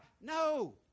No